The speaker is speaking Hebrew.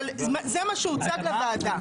אבל זה מה שהוצג לוועדה.